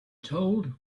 told